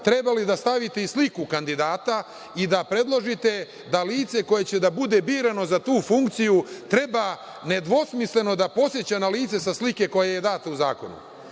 trebali da stavite i sliku kandidata i da predložite da lice koje će da bude birano za tu funkciju treba nedvosmisleno da podseća na lice sa slike koje je dato u zakonu,